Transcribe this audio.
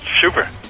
Super